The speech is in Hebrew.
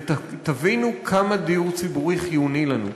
ותבינו כמה דיור ציבורי חיוני לנו,